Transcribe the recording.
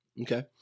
Okay